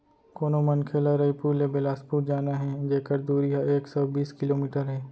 कोनो मनखे ल रइपुर ले बेलासपुर जाना हे जेकर दूरी ह एक सौ बीस किलोमीटर हे